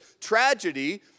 tragedy